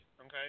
okay